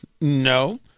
No